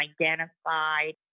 identified